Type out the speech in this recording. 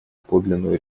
подлинную